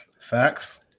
Facts